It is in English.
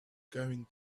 going